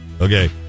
Okay